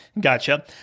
Gotcha